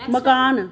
मकान